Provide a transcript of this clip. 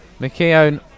McKeown